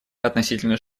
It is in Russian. относительно